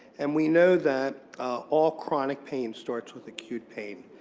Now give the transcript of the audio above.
and we know that all chronic pain starts with acute pain.